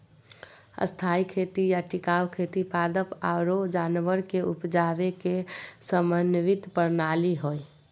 स्थायी खेती या टिकाऊ खेती पादप आरो जानवर के उपजावे के समन्वित प्रणाली हय